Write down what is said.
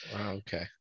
okay